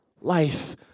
life